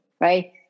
right